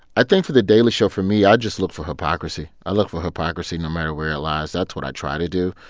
i think for the daily show, for me, i just look for hypocrisy. i look for hypocrisy no matter where it lies. that's what i try to do.